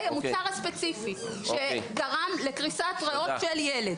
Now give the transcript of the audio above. המוצר הספציפי שגרם לקריסת ריאות של ילד.